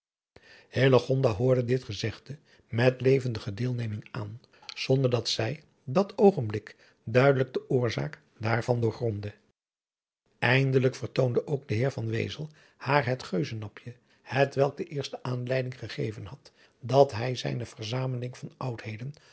hoorde dit gezegde met levendige deelneming aan zonder dat zij dat oogenblik duidelijk de oorzaak daarvan doorgrondde eindelijk vertoonde ook de heer van wezel haar het geuzennapje het welk de eerste aanleiding gegeven had dat hij zijne verzameling van oudheden